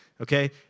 okay